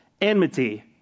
enmity